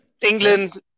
England